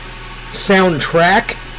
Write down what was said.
Soundtrack